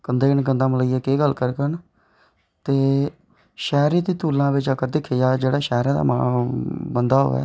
कंधे कन्नै कंधा मलाइयै केह् करङन ते शैह्रे दी तुलना च अगर दिक्खेआ जा ते शैहरें दा बंदा ते होऐ